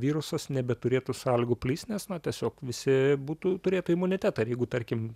virusas nebeturėtų sąlygų plist nes na tiesiog visi būtų turėtų imunitetą ir jeigu tarkim